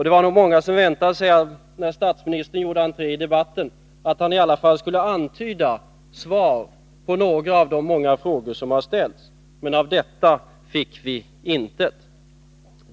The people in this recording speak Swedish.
Det var nog många som väntade sig, när statsministern gjorde entré i debatten, att han i alla fall skulle antyda svar på några av de många frågor som har ställts. Men av detta fick vi intet.